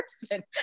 person